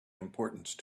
importance